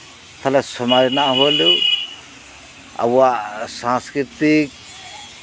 ᱛᱟᱦᱞᱮ ᱥᱚᱢᱟᱡ ᱨᱮᱱᱟᱜ ᱵᱷᱟᱹᱞᱟᱹᱭ ᱟᱵᱚᱣᱟᱜ ᱥᱟᱥᱠᱤᱨᱤᱛᱤᱠ